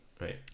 Right